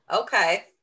okay